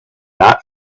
not